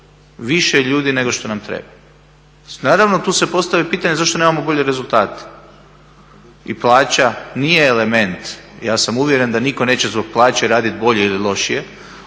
više ljudi nego što nam treba. Naravno, tu se postavlja pitanje zašto nemamo bolje rezultate? I plaća nije element. Ja sam uvjeren da nitko neće zbog plaće raditi bolje ili lošije.